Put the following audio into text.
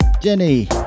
Jenny